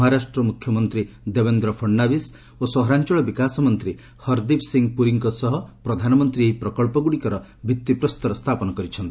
ମହାରାଷ୍ଟ୍ର ମୁଖ୍ୟମନ୍ତ୍ରୀ ଦେବେନ୍ଦ୍ର ଫଡ଼ନାବସି ଓ ସହରାଞ୍ଚଳ ବିକାଶ ମନ୍ତ୍ରୀ ହରଦୀପ ସିଂହ ପୁରୀଙ୍କ ସହ ପ୍ରଧାନମନ୍ତ୍ରୀ ଏହି ପ୍ରକଳ୍ପଗୁଡ଼ିକର ଭିତ୍ତିପ୍ରସ୍ତର ସ୍ଥାପନ କରିଛନ୍ତି